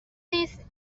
نیست